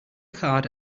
card